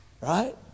Right